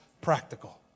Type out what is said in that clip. practical